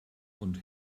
und